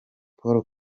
paul